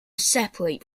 separate